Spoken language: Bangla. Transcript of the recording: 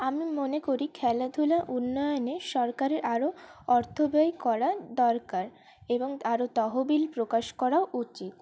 আমি মনে করি খেলাধূলা উন্নয়নে সরকারের আরও অর্থ ব্যয় করা দরকার এবং আরও তহবিল প্রকাশ করা উচিত